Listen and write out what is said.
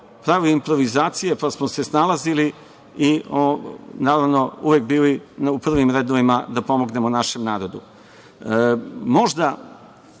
pravili improvizacije, pa smo se snalazili i, naravno, uvek bili u prvim redovima da pomognemo našem narodu. Ja